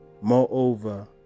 Moreover